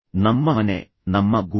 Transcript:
ನಮ್ಮ ಮನೆ ನಮ್ಮ ಗೂಡು